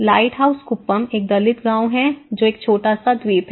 lighthouse Kuppam एक दलित गाँव है जो एक छोटा सा द्वीप है